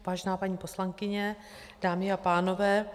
Vážená paní poslankyně, dámy a pánové.